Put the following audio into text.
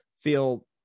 feel